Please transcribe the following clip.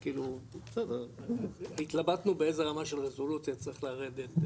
בסדר, התלבטנו באיזה רמה של רזולוציה צריך לרדת.